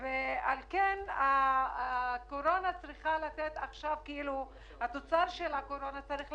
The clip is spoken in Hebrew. ואני רוצה להסביר את זה כתבנו במכתב שלנו לראש הממשלה שהסכום שקיבלנו,